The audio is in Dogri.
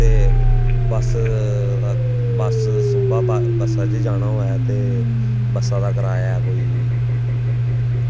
ते बस्स सुंबा बस्स च जाना होऐ ते बस्सा दा किराया कोई